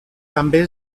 també